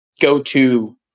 go-to